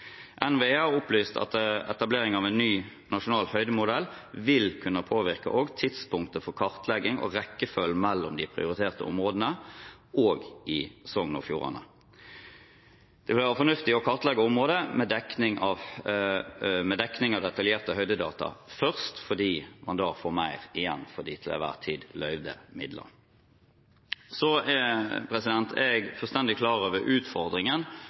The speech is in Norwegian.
NVE har opplyst at etablering av en ny nasjonal høydemodell vil kunne påvirke også tidspunktet for kartlegging og rekkefølgen mellom de prioriterte områdene også i Sogn og Fjordane. Det vil være fornuftig å kartlegge området med dekning av detaljerte høydedata først fordi man da får mer igjen for de til enhver tid bevilgede midlene. Jeg er fullstendig klar over utfordringen